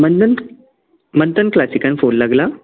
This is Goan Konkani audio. मंथन मंथन क्लॅसिकान फोन लागला